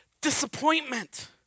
disappointment